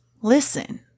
Listen